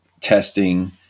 testing